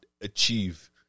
achieve